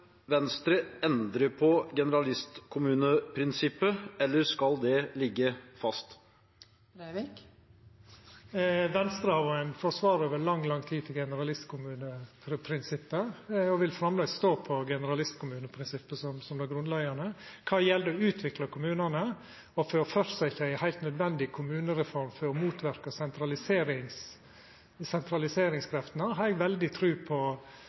Venstre endre på generalistkommuneprinsippet, eller skal det ligge fast? Venstre har vore ein forsvarar av generalistkommuneprinsippet over lang, lang tid og vil framleis stå på generalistkommuneprinsippet som det grunnleggjande. Når det gjeld å utvikla kommunane og for å fortsetja ei heilt nødvendig kommunereform for å motverka sentraliseringskreftene, har eg veldig tru på